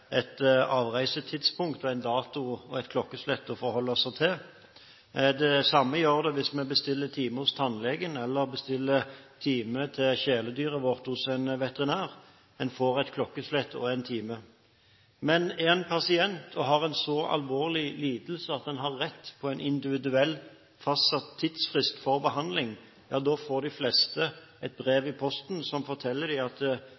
et avreisetidspunkt, en dato og et klokkeslett å forholde seg til. Det samme gjør vi hvis vi bestiller time hos tannlegen eller bestiller time til kjæledyret vårt hos en veterinær: En får et klokkeslett og en time. Men er en pasient og har en så alvorlig lidelse at en har rett på en individuelt fastsatt tidsfrist for behandling, får de fleste et brev i posten som forteller dem at de